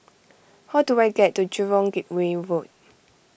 how do I get to Jurong Gateway Road